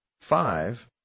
five